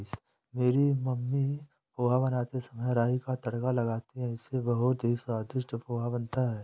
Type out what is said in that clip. मेरी मम्मी पोहा बनाते समय राई का तड़का लगाती हैं इससे बहुत ही स्वादिष्ट पोहा बनता है